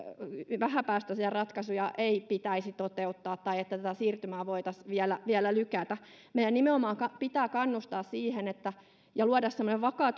mitään vähäpäästöisiä ratkaisuja ei pitäisi toteuttaa tai että tätä siirtymää voitaisiin vielä lykätä meidän nimenomaan pitää kannustaa siihen ja luoda vakaa